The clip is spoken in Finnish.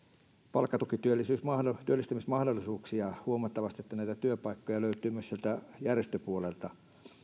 palkkatukityöllistämismahdollisuuksia huomattavasti niin että näitä työpaikkoja löytyy myös järjestöpuolelta